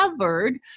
covered